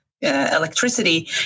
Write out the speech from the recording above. electricity